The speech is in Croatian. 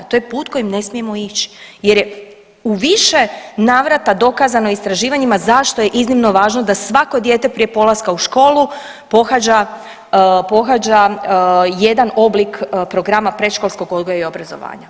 To je put kojim ne smijemo ići jer je u više navrata dokazano istraživanjima zašto je iznimno važno da svako dijete prije polaska u školu pohađa, pohađa jedan oblik programa predškolskog odgoja i obrazovanja.